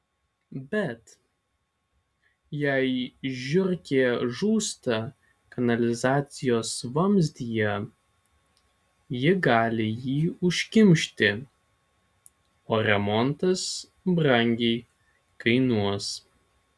bet jei žiurkė žūsta kanalizacijos vamzdyje ji gali jį užkimšti o remontas brangiai kainuos